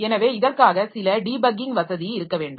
எனவே இதற்காக சில டீபக்கிங் வசதி இருக்க வேண்டும்